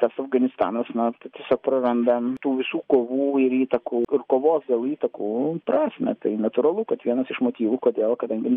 tas afganistanas na tai tiesiog praranda tų visų kovų ir įtakų ir kovos dėl įtakų prasmę tai natūralu kad vienas iš motyvų kodėl kadangi